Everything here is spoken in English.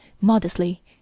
modestly